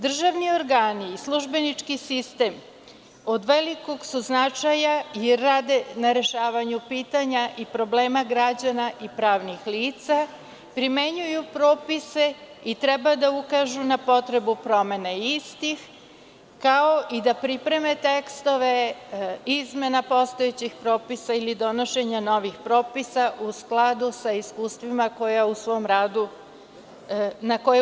Državni organi i službenički sistem od velikog su značaja i rade na rešavanju pitanja i problema građana i pravnih lica, primenjuju propise i treba da ukažu na potrebu promene istih, kao i da pripreme tekstove izmena postojećih propisa ili donošenja novih propisa u skladu sa iskustvima na koja u svom radu naiđu.